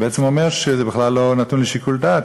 שבעצם אומר שזה בכלל לא נתון לשיקול דעת.